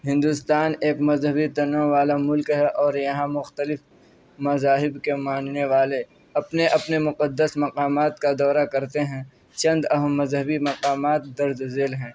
ہندوستان ایک مذہنی تنوع والا ملک ہے اور یہاں مختلف مذاہب کے ماننے والے اپنے اپنے مقدّس مقامات کا دورہ کرتے ہیں چند اہم مذہبی مقامات درجہ ذیل ہیں